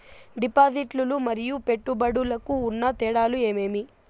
డిపాజిట్లు లు మరియు పెట్టుబడులకు ఉన్న తేడాలు ఏమేమీ?